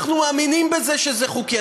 אנחנו מאמינים בזה שזה חוקי,